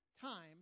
time